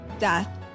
death